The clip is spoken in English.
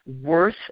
worth